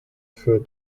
für